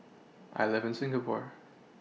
I live in Singapore